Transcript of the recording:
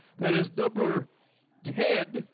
that is doubler ted